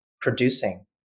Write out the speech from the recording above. producing